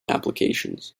applications